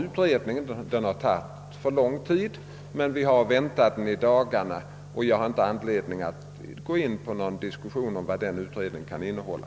Utredningen har tagit för lång tid, men när vi nu kan vänta dess betänkande i dagarna har jag alltså inte anledning att gå in i någon diskussion om vad betänkandet kan innehålla.